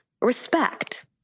Respect